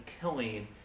killing